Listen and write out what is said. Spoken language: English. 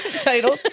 title